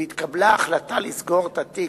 ולאחר מכן התקבלה החלטה לסגור את התיק,